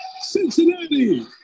Cincinnati